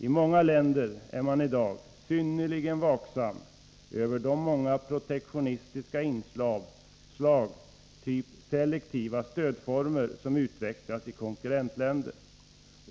I många länder är man i dag synnerligen vaksam över de många protektionistiska inslag, typ selektiva stödformer, som utvecklas i konkurrentländer.